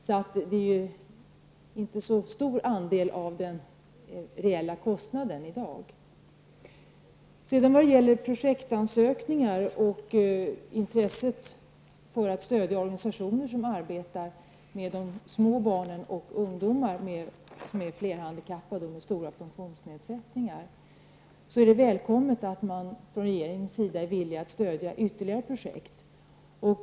Bidraget utgör inte så stor andel av den reella kostnaden i dag. När det gäller projektansökningar och intresset för att stödja organisationer som arbetar med små barn och ungdomar som är flerhandikappade och har stora funktionsnedsättningar, är det välkommet att man från regeringens sida är villig att stödja ytterligare projekt.